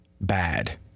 Bad